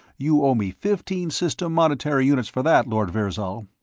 you owe me fifteen system monetary units for that, lord virzal.